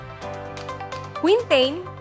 quintain